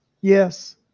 Yes